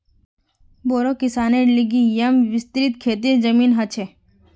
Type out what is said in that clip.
बोड़ो किसानेर लिगि येमं विस्तृत खेतीर जमीन ह छे